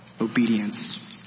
obedience